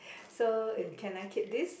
so can I keep this